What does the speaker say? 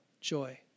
joy